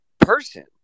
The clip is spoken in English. person